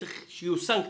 צריך שיהיו סנקציות.